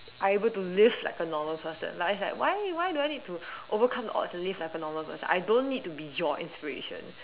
are able to live like a normal person like it's like why why do I need to overcome the odds and live like a normal person I don't need to be your inspiration